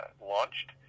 launched